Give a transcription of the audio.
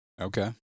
Okay